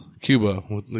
Cuba